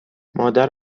مادر